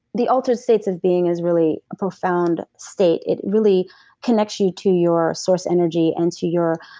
the altered states of being is really a profound state it really connects you to your source energy and to your.